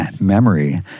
memory